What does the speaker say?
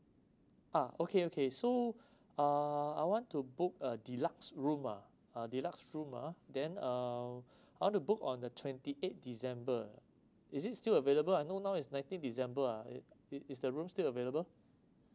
ah okay okay so uh I want to book a deluxe room ah a deluxe room ah then uh I wanna book on the twenty eight december is it still available I know now is nineteen december ah i~ is the room still available